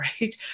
right